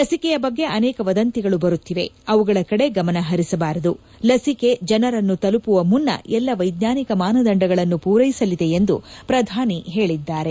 ಲಸಿಕೆಯ ಬಗ್ಗೆ ಅನೇಕ ವದಂತಿಗಳು ಬರುತ್ತಿವೆ ಅವುಗಳ ಕಡೆ ಗಮನ ಹರಿಸಬಾರದು ಲಸಿಕೆ ಜನರನ್ನು ತಲುಪುವ ಮುನ್ನ ಎಲ್ಲ ವೈಜ್ವಾನಿಕ ಮಾನದಂಡಗಳನ್ನು ಪೂರೈಸಲಿದೆ ಎಂದು ಪ್ರಧಾನಿ ಹೇಳಿದ್ದಾರೆ